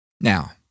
Now